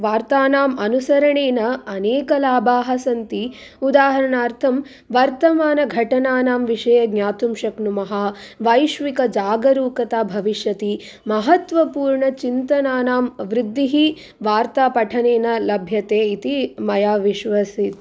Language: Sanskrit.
वार्तानाम् अनुसरणेन अनेकलाभाः सन्ति उदाहरणार्थं वर्तमानघटनानां विषये ज्ञातुं शक्नुमः वैश्विकजागरूकता भविष्यति महत्वपूर्णचिन्तनानां वृद्धिः वार्ता पठनेन लभ्यते इति मया विश्वसि